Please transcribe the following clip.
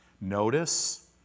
Notice